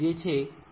22 છે